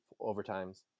overtimes